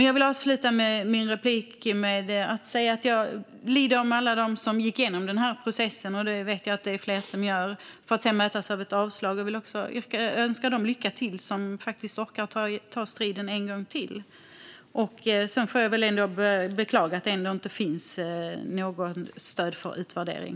Jag vill avsluta mitt inlägg med att säga att jag lider med alla dem som har gått igenom den här processen - det vet jag att det är fler som gör - för att sedan mötas av ett avslag. Jag vill också önska dem lycka till som orkar ta striden en gång till. Sedan får jag väl beklaga att det inte finns något stöd för en utvärdering.